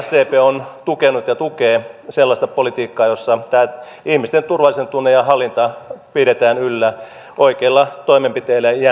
sdp on tukenut ja tukee sellaista politiikkaa jossa tämä ihmisten turvallisuuden tunne ja hallinta pidetään yllä oikeilla toimenpiteillä ja jämptisti